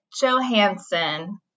Johansson